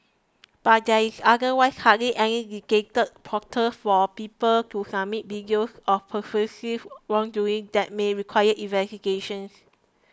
but there is otherwise hardly any dictated portal for people to submit videos of pervasive wrongdoing that may require investigations